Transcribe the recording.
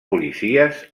policies